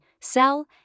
sell